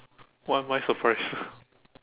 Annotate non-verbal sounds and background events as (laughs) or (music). why am I surprised (laughs)